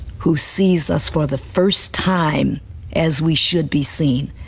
who sees us for the first time as we should be seen.